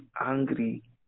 angry